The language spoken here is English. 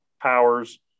powers